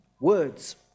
Words